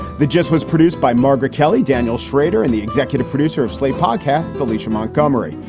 the gist was produced by margaret kelly, daniel shrader and the executive producer of slate podcasts, alicia montgomery.